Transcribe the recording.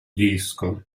disco